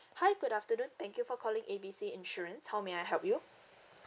hi good afternoon thank you for calling A B C insurance how may I help you